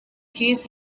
case